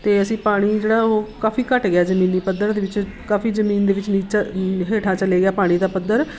ਅਤੇ ਅਸੀਂ ਪਾਣੀ ਜਿਹੜਾ ਉਹ ਕਾਫੀ ਘੱਟ ਗਿਆ ਜਮੀਨੀ ਪੱਧਰ ਦੇ ਵਿੱਚ ਕਾਫੀ ਜਮੀਨ ਦੇ ਵਿੱਚ ਨੀਚਾ ਹੇਠਾਂ ਚਲੇ ਗਿਆ ਪਾਣੀ ਦਾ ਪੱਧਰ